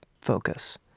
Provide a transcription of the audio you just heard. focus